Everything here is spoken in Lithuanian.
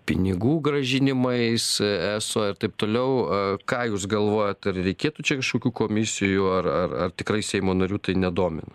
pinigų grąžinimais eso ir taip toliau ką jūs galvojat ar reikėtų čia kažkokių komisijų ar ar ar tikrai seimo narių tai nedomina